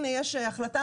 הנה יש החלטה,